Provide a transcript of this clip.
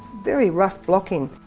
very rough block in.